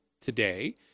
today